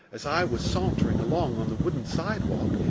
as i was sauntering along on the wooden sidewalk,